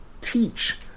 teach